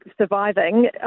surviving